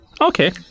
Okay